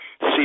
see